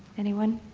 anyone?